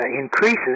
increases